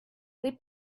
they